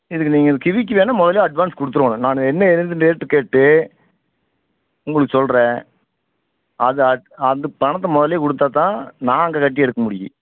இதுக்கு நீங்கள் கிவிக்கு வேணால் முதல்லே அட்வான்ஸ் கொடுத்துருறோணும் நான் என்ன ஏதுன்னு ரேட்டு கேட்டு உங்களுக்கு சொல்கிறேன் அதை அது அந்த பணத்தை முதல்லே கொடுத்தாதான் நான் அங்கே கட்டி எடுக்கமுடியும்